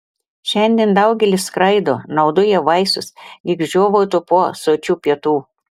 šiandien daugelis skraido naudoja vaistus lyg žiovautų po sočių pietų